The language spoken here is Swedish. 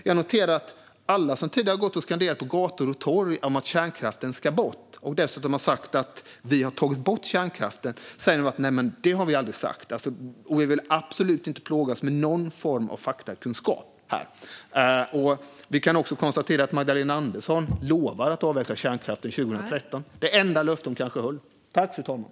Jag noterar att alla som tidigare gått och skanderat på gator och torg att kärnkraften ska bort, och dessutom sagt att de har tagit bort kärnkraften, nu säger: Det har vi aldrig sagt. De vill inte plåga oss med någon form av faktakunskap här. Vi kan också konstatera att Magdalena Andersson lovade att avveckla kärnkraften 2013. Det var kanske det enda löfte hon höll.